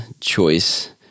choice